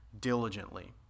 diligently